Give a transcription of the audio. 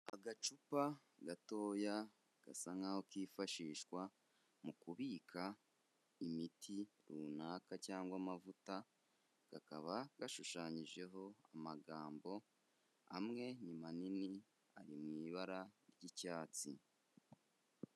Agacupa gatoya, gasa nk'aho kifashishwa mu kubika imiti runaka cyangwa amavuta, kakaba gashushanyijeho amagambo, amwe manini ari mu ibara ry'icyatsi.